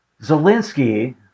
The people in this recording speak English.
Zelensky